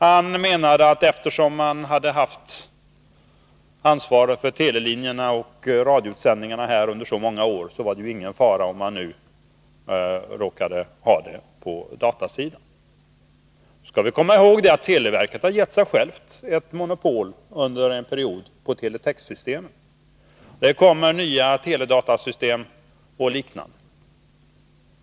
Han menade att eftersom televerket hade haft ansvaret för telelinjerna och radioutsändningarna under så många år, var det ingen fara om man råkade ha det på datasidan. Då skall man komma ihåg att televerket under en period gav sig självt monopol på teletexsystem. Men det kommer nya teledatasystem och liknande.